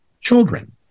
children